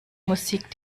musik